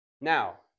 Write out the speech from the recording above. Now